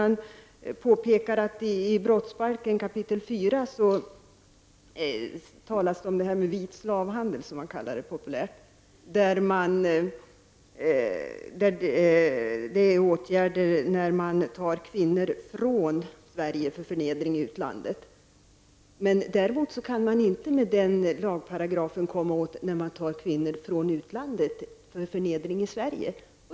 Han påpekade att det i brottsbalken 4 kap. talas om vit slavhandel, som det populistiskt kallas, dvs. åtgärder då man tar kvinnor från Sverige till förnedring i utlandet. Däremot kan inte denna lagparagraf tillämpas när man tar kvinnor från utlandet till förnedring i Sverige.